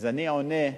אז אני עונה,